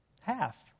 Half